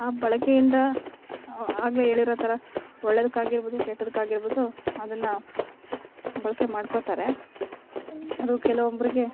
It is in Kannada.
ಆ ಬಳಕೆಯಿಂದ ಆಗಲೇ ಹೇಳಿರೋ ಥರ ಒಳ್ಳೆದಕ್ಕೆ ಆಗಿರಬಹುದು ಕೆಟ್ಟದಕ್ಕೆ ಆಗಿರಬಹುದು ಅದನ್ನು ಬಳಕೆ ಮಾಡ್ಕೋತಾರೆ ಅದು ಕೆಲವೊಬ್ರಿಗೆ